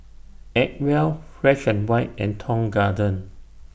Acwell Fresh and White and Tong Garden